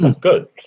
Good